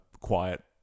quiet